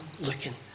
looking